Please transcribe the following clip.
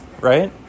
right